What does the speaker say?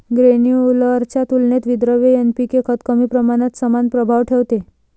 granular च्या तुलनेत विद्रव्य एन.पी.के खत कमी प्रमाणात समान प्रभाव ठेवते